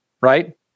right